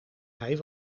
hij